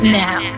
now